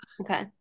okay